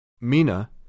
Mina